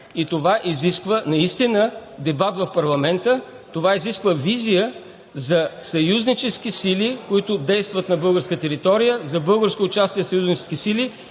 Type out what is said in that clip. и това изисква дебат в парламента, това изисква визия за съюзнически сили, които действат на българска територия, за българско участие в съюзнически сили